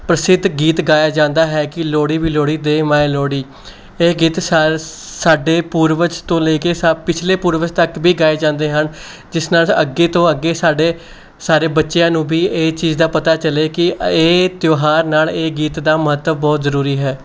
ਪ੍ਰਸਿੱਧ ਗੀਤ ਗਾਇਆ ਜਾਂਦਾ ਹੈ ਕਿ ਲੋਹੜੀ ਵੀ ਲੋਹੜੀ ਦੇ ਮਾਏ ਲੋਹੜੀ ਇਹ ਗੀਤ ਸਾਰ ਸਾਡੇ ਪੂਰਵਜ ਤੋਂ ਲੈ ਕੇ ਪਿਛਲੇ ਪੂਰਵਜ ਤੱਕ ਵੀ ਗਾਏ ਜਾਂਦੇ ਹਨ ਜਿਸ ਨਾਲ ਅੱਗੇ ਤੋਂ ਅੱਗੇ ਸਾਡੇ ਸਾਰੇ ਬੱਚਿਆਂ ਨੂੰ ਵੀ ਇਹ ਚੀਜ਼ ਦਾ ਪਤਾ ਚੱਲੇ ਕਿ ਇਹ ਤਿਉਹਾਰ ਨਾਲ ਇਹ ਗੀਤ ਦਾ ਮਹੱਤਵ ਬਹੁਤ ਜ਼ਰੂਰੀ ਹੈ